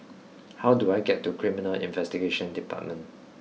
how do I get to Criminal Investigation Department